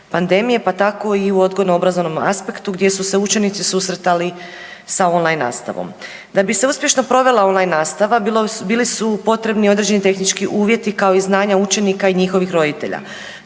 pa tako i u odgojno-obrazovnom aspektu gdje su se učenici susretali sa on-line nastavom. Da bi se uspješno provela on-line nastava bili su potrebni određeni tehnički uvjeti kao i znanja učenika i njihovih roditelja.